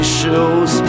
shows